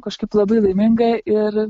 kažkaip labai laiminga ir